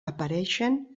apareixen